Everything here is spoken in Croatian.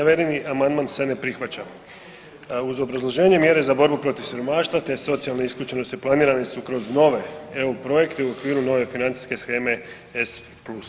Navedeni amandman se ne prihvaća uz obrazloženje mjere za borbu protiv siromaštva, te socijalne isključenosti planirane su kroz nove EU projekte i u okviru nove financijske sheme S+